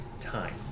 time